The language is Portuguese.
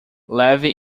leve